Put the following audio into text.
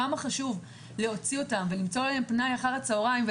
על כמה חשוב להוציא אותם ולמצוא להם פנאי אחר הצוהריים,